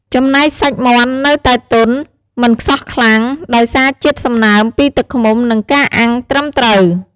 ចំណែកសាច់មាន់នៅតែទន់ មិនខ្សោះខ្លាំង ដោយសារជាតិសំណើមពីទឹកឃ្មុំនិងការអាំងត្រឹមត្រូវ។